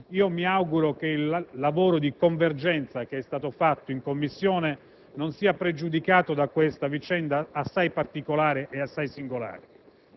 Mi auguro che il lavoro di convergenza che è stato fatto in Commissione non sia pregiudicato da questa vicenda assai particolare e assai singolare